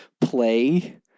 play